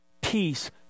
peace